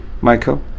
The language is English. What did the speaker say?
Michael